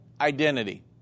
identity